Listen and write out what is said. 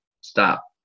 Stop